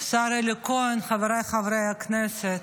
השר אלי כהן, חבריי חברי הכנסת,